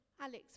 alex